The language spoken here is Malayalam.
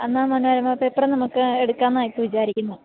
എന്നാല് മനോരമ പേപ്പര് നമുക്ക് എടുക്കാമെന്ന് ഇപ്പോള് വിചാരിക്കുന്നു